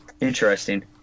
Interesting